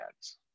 ads